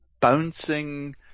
bouncing